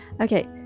Okay